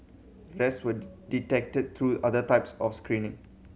the rest were detected through other types of screening